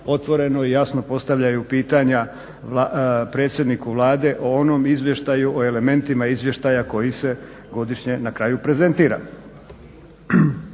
otvoreno i jasno postavljaju pitanja predsjedniku Vlade o onom izvještaju, o elementima izvještaja koji se godišnje na kraju prezentira.